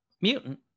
mutant